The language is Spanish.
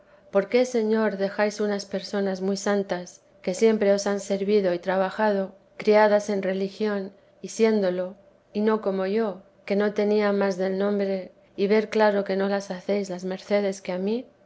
por qué señor dejáis unas personas muy santas que siempre os han servido y trabajado criadas en religión y siéndolo y no como yo que no tenía más del nombre y ver claro que no las hacéis las mercedes que a mí